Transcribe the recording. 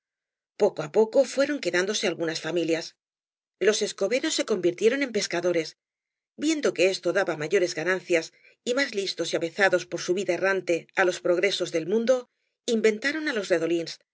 poco á poco fueron quedándose algunas familias los escoberos se convirtieron en pescadores viendo que esto daba mayores ganancias y más listos y avezados por su vida errante á los progresos del mundo inventaron lo de los